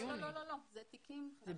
אלה תיקים חדשים.